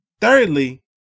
Thirdly